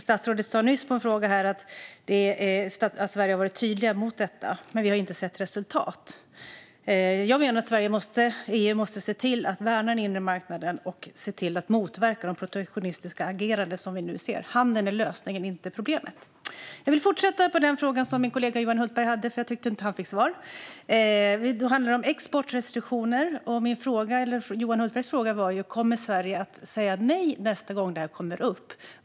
Statsrådet svarade nyss på en fråga att vi i Sverige har varit tydligt emot detta men att vi inte har sett resultat. Jag menar att EU måste se till att värna den inre marknaden och motverka det protektionistiska agerande vi nu ser. Handeln är lösningen, inte problemet. Jag vill fortsätta på den fråga som min kollega Johan Hultberg hade, för jag tycker inte att han fick svar. Det handlar om exportrestriktioner, och Johan Hultbergs fråga var om Sverige kommer att säga nej nästa gång detta kommer upp.